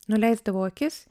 nuleisdavau akis